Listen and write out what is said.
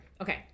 Okay